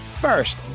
First